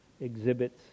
exhibits